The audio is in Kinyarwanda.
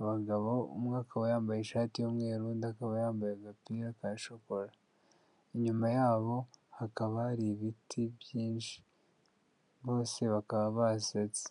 Abagabo, umwe akaba yambaye ishati y'umweru, undi akaba yambaye agapira ka shokora. Inyuma yabo, hakaba hari ibiti byinshi. Bose bakaba basetse.